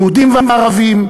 יהודים וערבים,